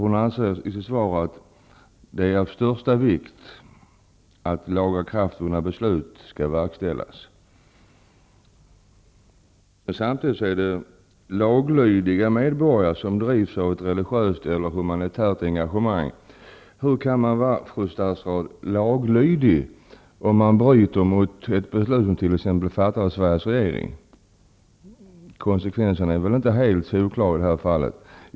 Hon anser i sitt svar att det är av största vikt att lagakraftvunna beslut skall verkställas. Samtidigt sägs det att det är laglydiga medborgare som drivs av ett religiöst eller humanitärt engagemang. Hur kan man, fru statsråd, vara laglydig om man bryter mot ett beslut som t.ex. har fattats av Sveriges regering? Konsekvenserna är inte helt solklara i det här fallet.